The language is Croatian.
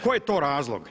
Koji je to razlog?